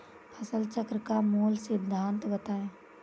फसल चक्र का मूल सिद्धांत बताएँ?